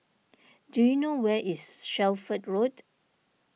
do you know where is Shelford Road